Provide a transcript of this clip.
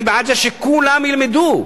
אני בעד זה שכולם ילמדו.